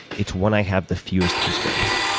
it's when i have the fewest constraints.